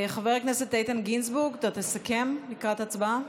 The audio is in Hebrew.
חבר הכנסת איתן גינזבורג, אתה תסכם לקראת הצבעה?